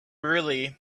really